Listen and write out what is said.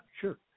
sure